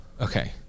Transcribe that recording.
Okay